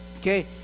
Okay